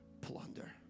plunder